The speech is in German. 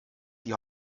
die